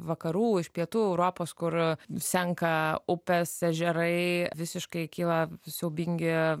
vakarų iš pietų europos kur senka upės ežerai visiškai kyla siaubingi